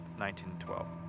1912